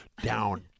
down